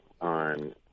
on